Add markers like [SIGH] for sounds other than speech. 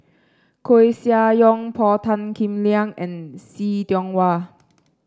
Koeh Sia Yong Paul Tan Kim Liang and See Tiong Wah [NOISE]